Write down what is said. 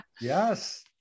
yes